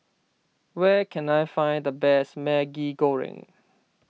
where can I find the best Maggi Goreng